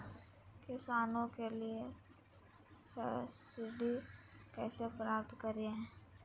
किसानों के लिए सब्सिडी कैसे प्राप्त करिये?